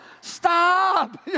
Stop